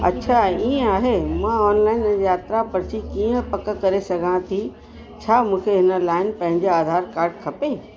अच्छा ईअं आहे मां ऑनलाइन यात्रा पर्ची कीअं पक करे सघां थी छा मूंखे हिन लाइ पंहिंजे आधार कार्ड खपे